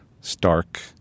stark